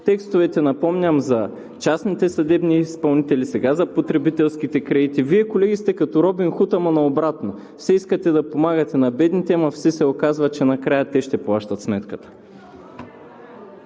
текстовете, напомням, за частните съдебни изпълнители, сега за потребителските кредити. Вие, колеги, сте като Робин Худ, ама наобратно – все искате да помагате на бедните, ама все се оказва, че накрая те ще плащат сметката.